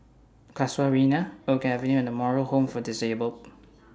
Casuarina Oak Avenue and The Moral Home For Disabled